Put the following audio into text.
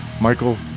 Michael